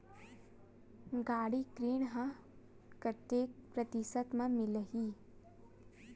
गाड़ी ऋण ह कतेक प्रतिशत म मिलही?